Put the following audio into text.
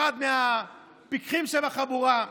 אחד מהפיקחים שבחבורה,